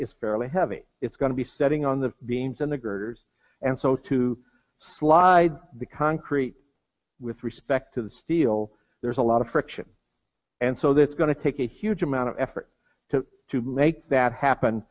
is fairly heavy it's going to be setting on the beams and the girders and so to slide the concrete with respect to the steel there's a lot of friction and so that's going to take a huge amount of effort to to make that happen